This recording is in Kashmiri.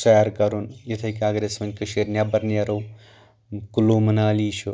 سیر کرُن یِتھٕے کٔنۍ اگر أسۍ وۄنۍ کٔشیٖرِ نٮ۪بر نیرو کُلوٗ منالی چھُ